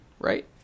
right